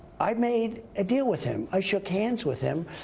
i've made a deal with him. i shook hands with him.